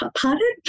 pardon